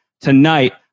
tonight